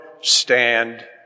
stand